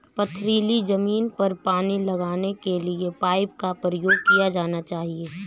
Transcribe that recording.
पथरीली ज़मीन पर पानी लगाने के किस पाइप का प्रयोग किया जाना चाहिए?